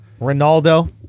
Ronaldo